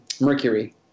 Mercury